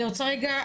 תודה.